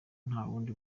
ntawundi